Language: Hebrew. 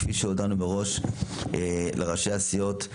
כפי שהודענו מראש לראשי הסיעות,